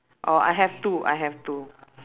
oh I have two I have two